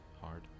hard